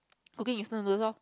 cooking instant noodles orh